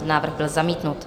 Návrh byl zamítnut.